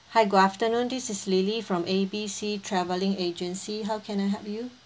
hi good afternoon this is lily from A B C travelling agency how can I help you